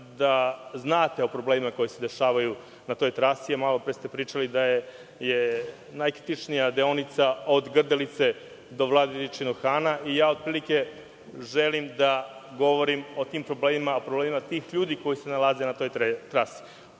da znate o problemima koji se dešavaju na toj trasi. Malopre ste pričali da je najkritičnija deonica od Grdelice do Vladičinog Hana i ja otprilike želim da govorim o tim problemima, o problemima tih ljudi koji se nalaze na toj trasi. Više